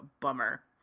bummer